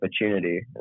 opportunity